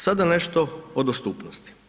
Sada nešto o dostupnosti.